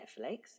netflix